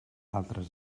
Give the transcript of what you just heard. altres